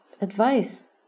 advice